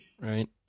right